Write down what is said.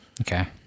Okay